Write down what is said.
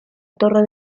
torre